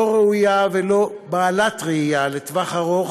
לא ראויה ולא בעלת ראייה לטווח ארוך.